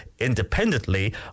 independently